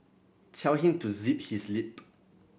tell him to zip his lip